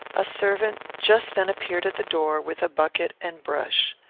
a servant just then appeared at the door, with bucket and brush.